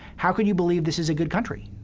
how can you believe this is a good country?